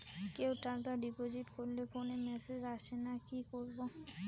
কেউ টাকা ডিপোজিট করলে ফোনে মেসেজ আসেনা কি করবো?